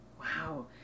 Wow